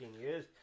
years